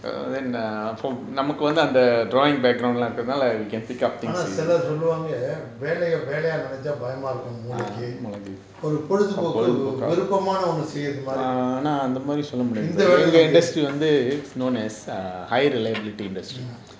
ஆனா சிலர் சொல்லுவாங்க வேலைய வேலையா நெனச்சா பயமா இருக்கும் மூளைக்கு ஒரு பொழுது போக்கு விருப்பமான ஒன்னு செய்ற மாதிரி இந்த வேலைல வந்து:aana silar solluvaanga velaya velayaa nenacha bayama irukkum moolaikku oru poluthu pokku viruppamaana onnu seira mathiri intha velaila vanthu mm